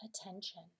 attention